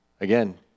again